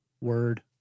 Word